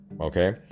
Okay